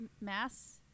Mass